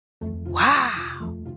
Wow